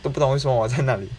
都不懂为什么我在那里